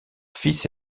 fils